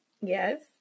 Yes